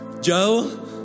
Joe